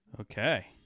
Okay